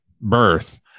birth